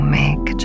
make